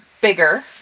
bigger